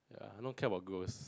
ya I don't care about ghost